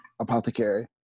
apothecary